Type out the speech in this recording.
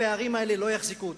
הפערים האלה לא יחזיקו אותנו.